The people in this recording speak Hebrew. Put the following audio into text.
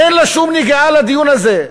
אין לה שום נגיעה בדיון הזה.